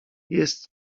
jest